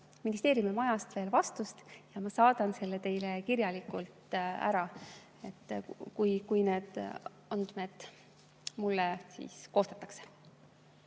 ministeeriumimajast veel vastust. Ma saadan selle teile kirjalikult, kui need andmed mulle [esitatakse].